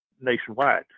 nationwide